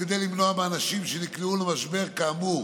וכדי למנוע מאנשים שנקלעו למשבר כאמור